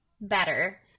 better